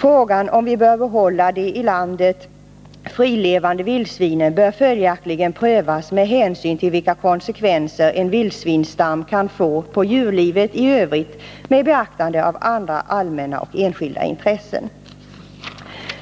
Frågan om vi bör behålla de i landet frilevande vildsvinen bör följaktligen prövas med hänsyn till vilka konsekvenser en vildsvinsstam kan få på djurlivet i övrigt med beaktande av andra allmänna och enskilda intressen.”